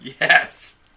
Yes